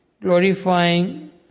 glorifying